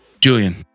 Julian